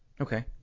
Okay